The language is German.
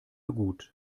gut